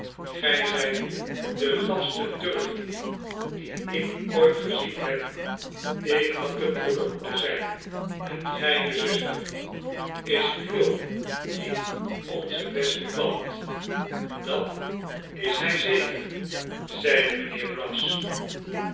gij zijt de lafste durfniet dien ik ooit gezien heb ik had de breeder moeten zijn en gij de zuster is quilp niet onze beste klant dat is hij zeker zeide mijnheer brass